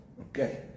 Okay